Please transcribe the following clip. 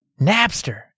Napster